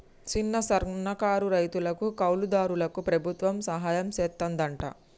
సిన్న, సన్నకారు రైతులకు, కౌలు దారులకు ప్రభుత్వం సహాయం సెత్తాదంట